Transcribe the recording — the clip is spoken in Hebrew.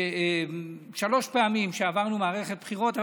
שלוש פעמים מערכת בחירות,